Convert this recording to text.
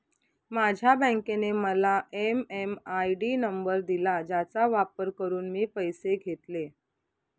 माझ्या बँकेने मला एम.एम.आय.डी नंबर दिला ज्याचा वापर करून मी पैसे घेतले